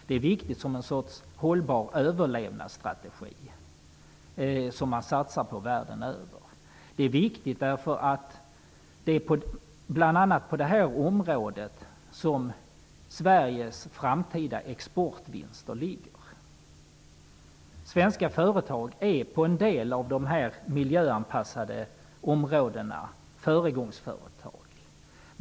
Det är en sorts hållbar överlevnadsstrategi som man satsar på världen över. Det är viktigt eftersom det bl.a. är på detta område som Sveriges framtida exportvinster ligger. Svenska företag är på en del av dessa miljöanpassade områden föregångsföretag.